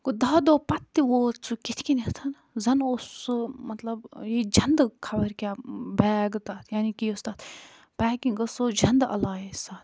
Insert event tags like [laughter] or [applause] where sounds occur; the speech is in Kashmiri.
گوٚو دہو دۄہو پَتہٕ تہِ ووٚت سُہ کِتھٕ کٔنٮ۪تھ زَن اوس سُہ مطلب یہِ جَنٛدٕ خبر کیٛاہ بیگ تَتھ یانے کہِ یۄس تَتھ پیکِنٛگ ٲسۍ سۄ ٲسۍ جَنٛدٕ [unintelligible]